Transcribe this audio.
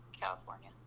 California